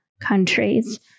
countries